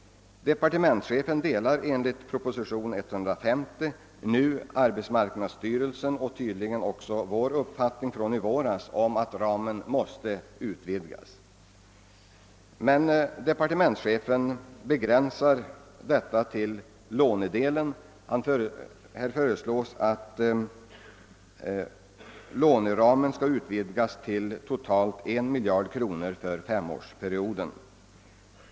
Departementschefen delar enligt propositionen 150 nu arbetsmarknadsstyrelsens uppfattning liksom tydligen också vår uppfattning från i våras om att ramen måste utvidgas. Men departementschefen begränsar denna utvidgning till lånedelen och föreslår att låneramen skall vidgas till totalt 1 miljard kronor för femårsperioden.